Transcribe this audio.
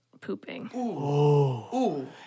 pooping